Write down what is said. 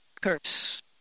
curse